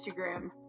Instagram